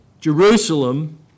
Jerusalem